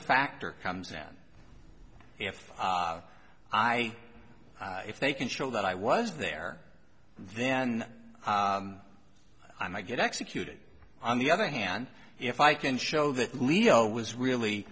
factor comes down if i if they can show that i was there then i might get executed on the other hand if i can show that leno was really